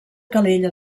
calella